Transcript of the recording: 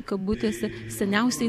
kabutėse seniausiai